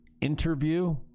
interview